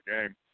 game